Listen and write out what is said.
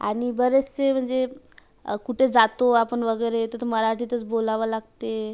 आणि बरेचसे म्हणजे कुठे जातो आपण वगैरे तर मराठीतच बोलावं लागते